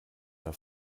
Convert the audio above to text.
der